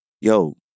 yo